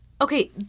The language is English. Okay